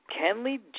Kenley